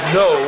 no